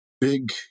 big